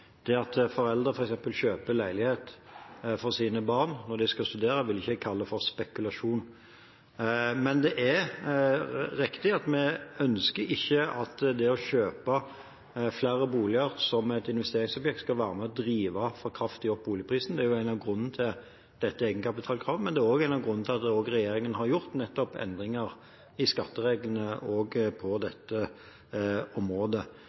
Det at foreldre f.eks. kjøper leilighet til sine barn når de skal studere, vil ikke jeg kalle for spekulasjon. Men det er riktig at vi ikke ønsker at det å kjøpe flere boliger som et investeringsobjekt skal være med og drive boligprisene kraftig opp. Det er en av grunnene til dette egenkapitalkravet, men det er også en av grunnene til at regjeringen har gjort nettopp endringer i skattereglene også på dette området.